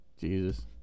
Jesus